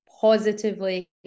positively